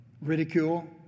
ridicule